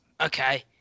Okay